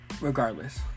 regardless